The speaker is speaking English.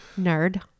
Nerd